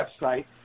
website